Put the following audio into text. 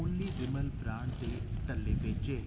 only Vimal brand दे टल्ले बेचे